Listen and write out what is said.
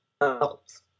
adults